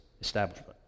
establishment